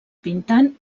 pintant